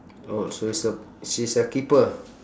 orh so it's a she's a keeper